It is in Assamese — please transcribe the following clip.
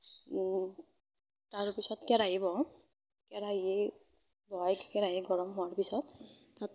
তাৰপিছত কেৰাহী বহাওঁ কেৰাহী বহাই কেৰাহী গৰম হোৱাৰ পিছত তাত